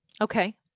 Okay